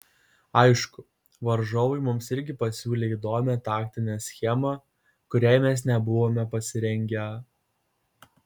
aišku varžovai mums irgi pasiūlė įdomią taktinę schemą kuriai mes nebuvome pasirengę